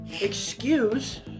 excuse